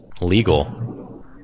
legal